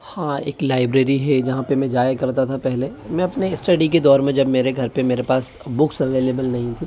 हाँ एक लाइब्रेरी है जहां पे मैं जाया करता था पहले मैं अपने स्टडी के दौर में जब मेरे घर पर मेरे पास बुक्स अवेलेबल नहीं थीं